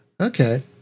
Okay